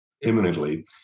imminently